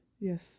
Yes